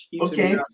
Okay